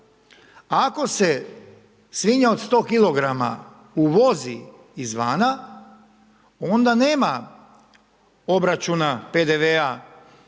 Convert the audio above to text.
Ako se svinja od 100 kg uvozi izvana, onda nema obračuna PDV-a